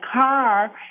car